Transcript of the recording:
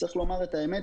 צריך לומר את האמת.